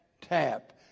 tap